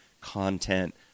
content